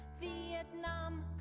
Vietnam